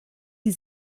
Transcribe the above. die